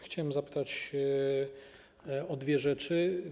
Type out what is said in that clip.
Chciałem zapytać o dwie rzeczy.